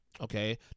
okay